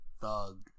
Thug